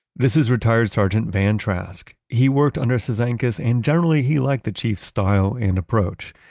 this is retired sergeant van trask. he worked under cizanckas and generally he liked the chief's style and approach,